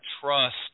trust